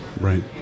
Right